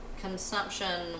Consumption